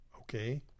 okay